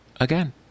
Again